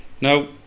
Now